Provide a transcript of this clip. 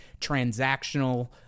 transactional